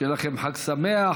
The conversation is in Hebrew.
שיהיה לכם חג שמח.